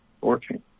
working